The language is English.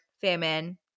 famine